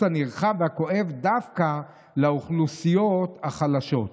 הנרחב והכואב דווקא לאוכלוסיות החלשות.